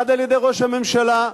אחד על-ידי ראש הממשלה,